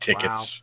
tickets